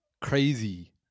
crazy